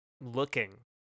looking